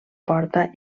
porta